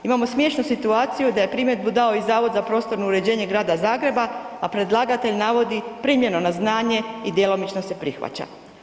Imamo smiješnu situaciju da je primjedbu dao i Zavod za prostorno uređenje Grada Zagreba, a predlagatelj navodi primljeno na znanje i djelomično se prihvaća.